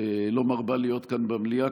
שלא מרבה להיות כאן במליאה,